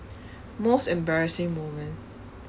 most embarrassing moment